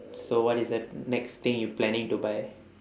so what is the next thing you planning to buy